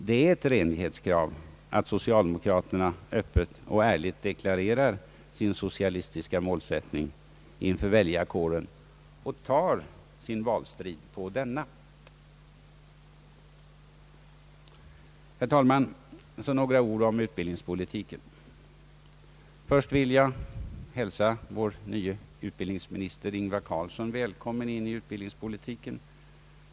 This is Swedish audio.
Det är ett renlighetskrav att socialdemokraterna öppet och ärligt deklarerar sin socialistiska målsättning inför väljarkåren och tar sin valstrid på denna. Herr talman! Nu några ord om utbildningspolitiken. Först vill jag hälsa vår nye utbildningsminister Ingvar Carlsson välkommen in i utbildningspolitiken.